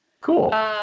cool